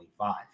25